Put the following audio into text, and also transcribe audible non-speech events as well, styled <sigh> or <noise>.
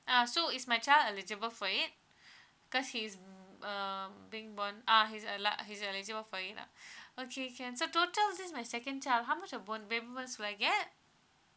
ah so is my child eligible for it <breath> because he um being born ah he's eli~ he's eligible for it lah <breath> okay can so total this is my second child how much of bo~ baby bonus will I get